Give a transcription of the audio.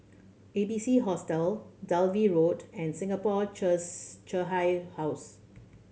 A B C Hostel Dalvey Road and Singapore Home